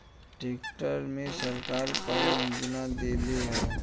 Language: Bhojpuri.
ट्रैक्टर मे सरकार कवन योजना देले हैं?